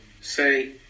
say